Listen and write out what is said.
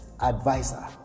advisor